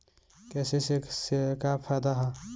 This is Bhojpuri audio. के.सी.सी से का फायदा ह?